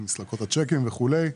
מסלקות הצ'קים וכולי.